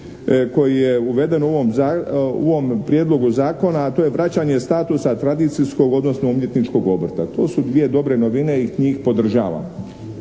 koji je uveden u ovom prijedlogu zakona a to je vraćanje statusa tradicijskog odnosno umjetničkog obrta. To su dvije dobre novine i njih podržavam.